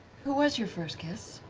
who was your first kiss?